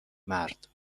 مرد